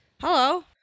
Hello